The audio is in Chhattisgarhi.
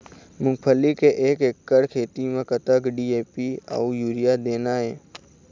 मूंगफली के एक एकड़ खेती म कतक डी.ए.पी अउ यूरिया देना ये?